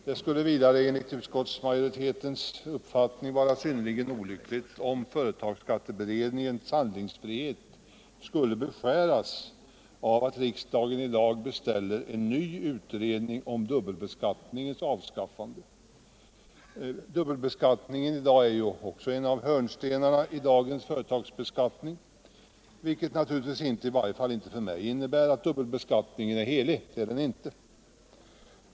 Det skulle vidare enligt utskottsmajoritetens uppfattning vara synnerligen olyckligt om företagsskatteberedningens handlingsfrihet skulle beskäras av att riksdagen i dag beställer en ny utredning om dubbelbeskattningens avskaffande. Dubbelbeskattningen är ju en av hörnstenarna i dagens företagsbeskattning, vilket naturligtvis inte innebär — i varje fall inte för mig —- att dubbelbeskattningen är helig; det är den inte.